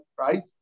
right